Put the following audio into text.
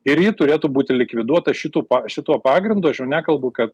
ir ji turėtų būti likviduota šitų šituo pagrindu aš jau nekalbu kad